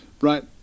Right